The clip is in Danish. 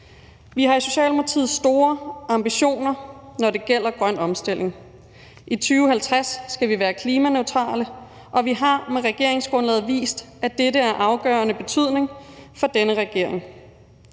Vi har i Socialdemokratiet store ambitioner, når det gælder grøn omstilling. I 2050 skal vi være klimaneutrale, og vi har med regeringsgrundlaget vist, at dette er af afgørende betydning for denne regering.